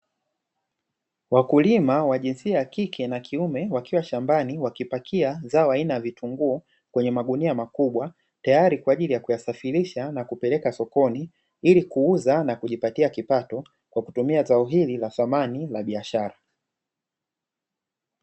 Wakulima wa jinsia ya kike na kiume wakiwa shambani wakipakia zao aina ya vitunguu kwenye magunia makubwa, tayari kwa ajili ya kuyasafirisha na kupeleka sokoni ili kuuza na kujipatia kipato kwa kutumia zao hili la thamani la biashara.